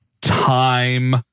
time